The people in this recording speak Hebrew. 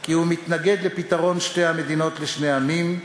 כי הוא מתנגד לפתרון שתי המדינות לשני עמים,